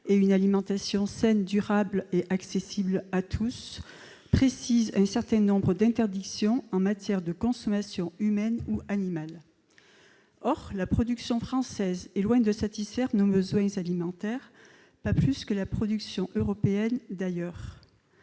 et une alimentation saine, durable et accessible à tous, dite loi Égalim, précise un certain nombre d'interdictions en matière de consommation humaine ou animale. Or la production française est loin de satisfaire nos besoins alimentaires, à l'instar d'ailleurs de la production européenne. Alors